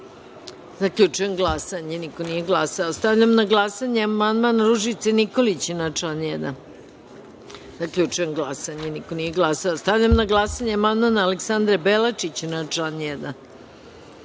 1.Zaključujem glasanje: niko nije glasao. Stavljam na glasanje amandman Ružice Nikolić na član 1.Zaključujem glasanje: niko nije glasao. Stavljam na glasanje amandman Aleksandre Belačić na član